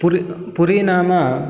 पुरि पुरी नाम